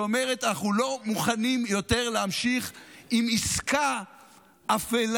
שאומרת: אנחנו לא מוכנים יותר להמשיך עם עסקה אפלה